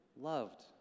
loved